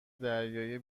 دریایی